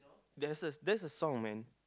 there's a that's a song man